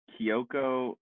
Kyoko